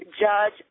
judge